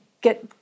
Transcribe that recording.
get